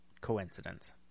coincidence